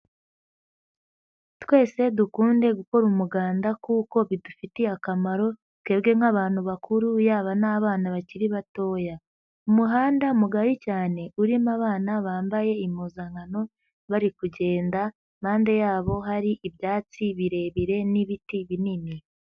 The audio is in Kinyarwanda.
Twese dukunde gukora umuganda kuko bidufitiye akamaro, twebwe nk'abantu bakuru yaba n'abana bakiri batoya. Umuhanda mugari cyane urimo abana bambaye impuzankano bari kugenda, impande yabo hari ibyatsi birebire n'ibiti binini.